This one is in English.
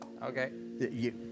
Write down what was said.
Okay